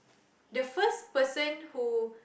the first person who